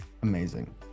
Amazing